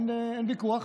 אין ויכוח,